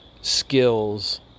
skills